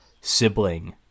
sibling